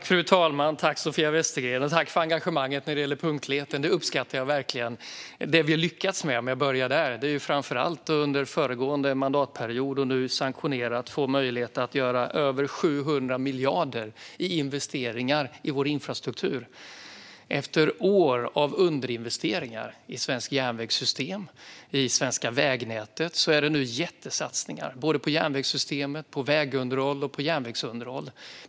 Fru talman! Tack, Sofia Westergren, för engagemanget när det gäller punktligheten - det uppskattar jag verkligen! Det vi har lyckats med, om jag börjar där, är framför allt att under föregående mandatperiod och nu sanktionerat få möjlighet att göra 700 miljarder i investeringar i vår infrastruktur. Efter år av underinvesteringar i svenskt järnvägssystem och i det svenska vägnätet görs det nu jättesatsningar på järnvägssystemet, vägunderhåll och järnvägsunderhåll.